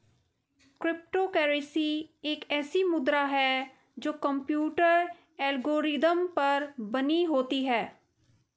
crypto currency एक ऐसी मुद्रा है जो कंप्यूटर एल्गोरिदम पर बनी होती है